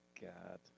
God